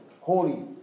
holy